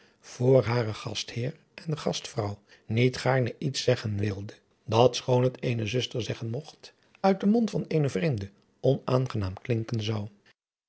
voor haren gastheer en gastvrouw niet gaarne iets zeggen wilde dat schoon het eene zuster zeggen mogt uit den mond van eene vreemde onaangenaam klinken zou